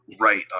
right